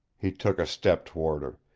he took a step toward her.